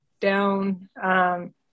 down